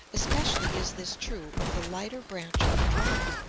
especially is this true of the lighter branch of the drama,